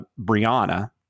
Brianna